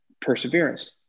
perseverance